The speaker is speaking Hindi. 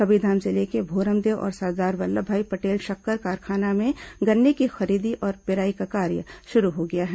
कबीरधाम जिले के भोरमदेव और सरदार वल्लभभाई पटेल शक्कर कारखाना में गन्ने की खरीदी और पेराई का कार्य शुरू हो गया है